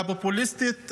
הפופוליסטית,